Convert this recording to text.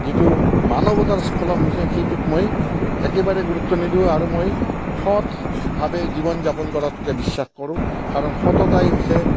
যিটো মানৱতাৰ স্খলন হৈছে সেইটোত মই একেবাৰে গুৰুত্ব নিদোঁ আৰু মই সৎভাৱে জীৱন যাপন কৰাটোকে বিশ্বাস কৰোঁ কাৰণ সততাই হৈছে